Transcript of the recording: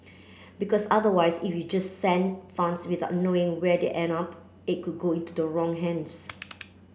because otherwise if you just send funds without knowing where they end up it could go into the wrong hands